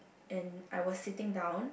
and I was sitting down